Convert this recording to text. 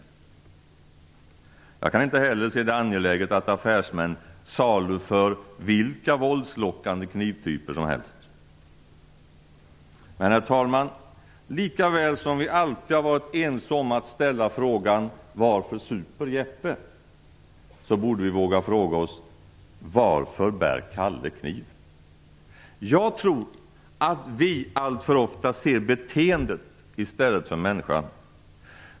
Jag kan inte heller se det angelägna i att affärsmän saluför vilka våldslockande knivtyper som helst. Herr talman! Lika väl som vi alltid har varit ense om att ställa frågan: Varför super Jeppe?, lika väl borde vi våga fråga oss: Varför bär Kalle kniv? Jag tror att vi alltför ofta ser beteendet i stället för människan.